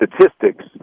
statistics